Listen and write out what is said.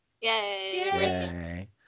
Yay